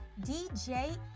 DJ